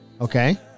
okay